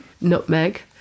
nutmeg